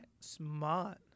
Smart